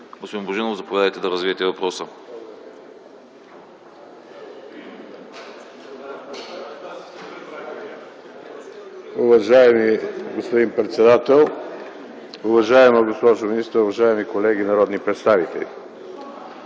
Господин Божинов, заповядайте да развиете въпроса.